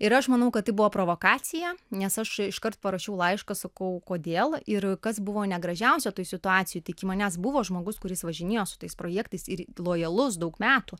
ir aš manau kad tai buvo provokacija nes aš iškart parašiau laišką sakau kodėl ir kas buvo negražiausia toj situacijoj tai iki manęs buvo žmogus kuris važinėjo su tais projektais ir lojalus daug metų